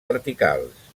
verticals